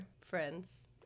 friends